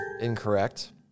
Incorrect